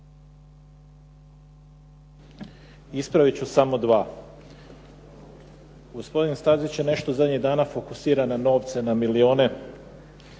Ispravit ću samo dva. Gospodin Stazić je nešto zadnjih dana fokusiran na novce, na milijune,